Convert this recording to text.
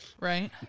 Right